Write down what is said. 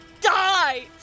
die